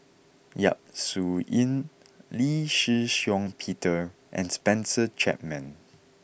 Yap Su Yin Lee Shih Shiong Peter and Spencer Chapman